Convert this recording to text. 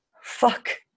Fuck